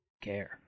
care